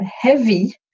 heavy